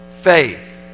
faith